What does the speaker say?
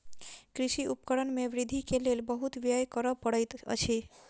कृषि उपकरण में वृद्धि के लेल बहुत व्यय करअ पड़ैत अछि